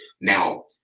Now